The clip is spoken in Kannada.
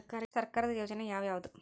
ಸರ್ಕಾರದ ಯೋಜನೆ ಯಾವ್ ಯಾವ್ದ್?